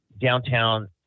downtown